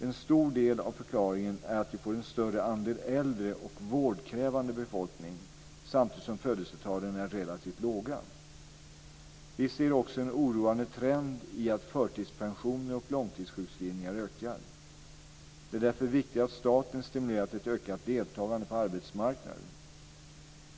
En stor del av förklaringen är att vi får en större andel äldre och en vårdkrävande befolkning samtidigt som födelsetalen är relativt låga. Vi ser också en oroande trend i att förtidspensioner och långtidssjukskrivningar ökar. Det är därför viktigt att staten stimulerar till ökat deltagande på arbetsmarknaden.